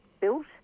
built